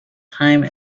time